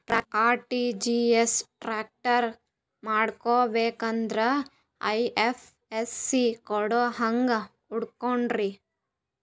RTGS transfer ಮಾಡಬೇಕೆಂದರೆ IFSC code ಹೆಂಗ್ ಹುಡುಕೋದ್ರಿ?